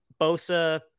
Bosa